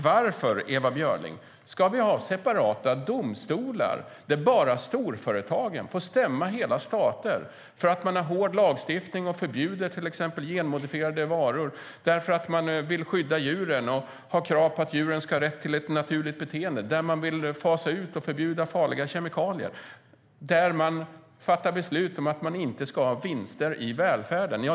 Varför, Ewa Björling, ska vi ha separata domstolar där bara storföretagen får stämma hela stater för att man där har hård lagstiftning och förbjuder till exempel genmodifierade varor, vill skydda djuren och har krav på att de ska ha rätt till ett naturligt beteende, vill fasa ut och förbjuda farliga kemikalier och fattar beslut om att man inte ska ha vinster i välfärden?